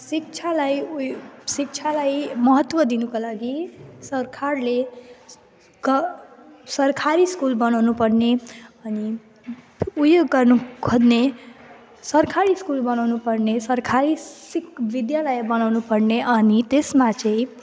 शिक्षालाई उही शिक्षालाई महत्त्व दिनुको लागि सरकारले क सरकारी स्कुल बनाउनुपर्ने अनि उयो गर्नु सरकारी सरकारी स्कुल बनाउनुपर्ने सरकारी सिक विद्यालय बनाउनुपर्ने अनि त्यसमा चाहिँ